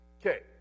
Okay